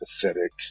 Pathetic